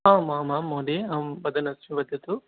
आम् आम् आं महोदये अहं वदन्नस्मि वदतु